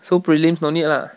so prelims no need lah